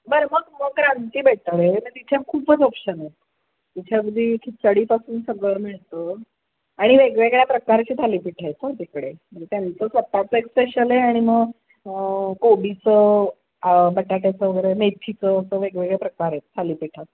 बरं मग मग क्रांती बेटर आहे मग तिथे खूपच ऑप्शन आहेत तिथे अगदी खिचडीपासून सगळं मिळतं आणि वेगवेगळ्या प्रकारचे थालीपीठं आहेत हां तिकडे त्यांचं स्वत चं एक स्पेशल आहे आणि मग कोबीचं बटाट्याचं वगैरे मेथीचं असं वेगवेगळ्या प्रकार आहेत थालीपीठात